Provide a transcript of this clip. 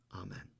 Amen